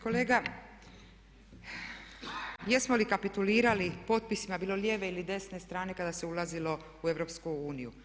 Kolega, jesmo li kapitulirali potpisima bilo lijeve ili desne strane kada se ulazilo u EU?